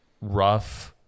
rough